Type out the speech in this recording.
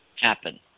happen